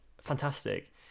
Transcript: fantastic